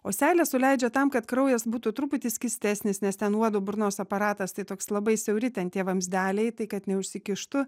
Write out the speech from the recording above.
o seiles suleidžia tam kad kraujas būtų truputį skystesnis nes ten uodo burnos aparatas tai toks labai siauri ten tie vamzdeliai tai kad neužsikištų